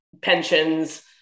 pensions